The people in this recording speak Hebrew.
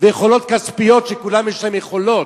ויכולת כספית, שכולם יש להם יכולות.